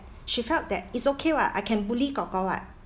she felt that it's okay [what] I can bully gorgor [what]